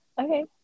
Okay